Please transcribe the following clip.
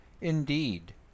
Indeed